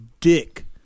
dick